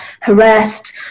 harassed